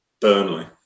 Burnley